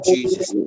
Jesus